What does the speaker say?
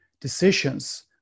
decisions